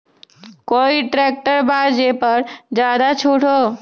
कोइ ट्रैक्टर बा जे पर ज्यादा छूट हो?